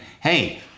hey